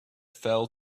fell